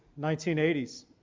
1980s